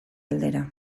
aldera